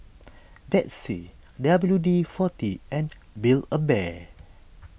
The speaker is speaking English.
Betsy W D forty and Build A Bear